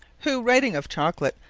who, writing of chocolate,